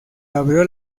abrió